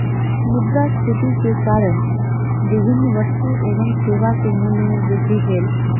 मुद्रास्फीति के कारण विभिन्न वस्तु एवं सेवा के मूल्य में वृद्धि भेल